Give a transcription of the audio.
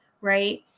right